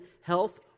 health